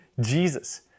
Jesus